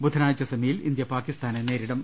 ബുധനാഴ്ച സെമിയിൽ ഇന്ത്യ പാക്കിസ്ഥാനെ നേരിടും